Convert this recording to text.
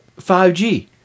5G